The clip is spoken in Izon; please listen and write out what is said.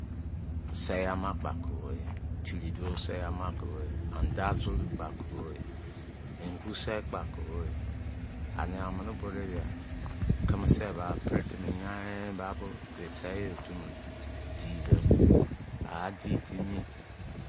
Sei- ama kpo a ku bo yi. Tiri duọ sei- ama ku bọ yị. Anda-zoru kpọ a ku bọ yi. Ngu-sei kpo akuk bo yi. Ania amini bọ de bia. kimi se ba petimi yain be sei yi mi otu bo di dọ a a di timi